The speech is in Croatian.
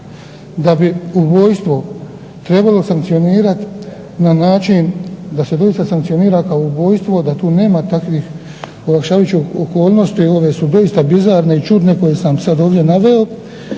Da bi ubojstvo trebalo sankcionirati na način da se doista sankcionira kao ubojstvo, da tu nema takvih olakšavajućih okolnosti jer ove su doista bizarne i čudne koje sam sad ovdje naveo